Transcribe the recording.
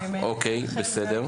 אוקיי, בסדר.